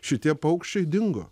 šitie paukščiai dingo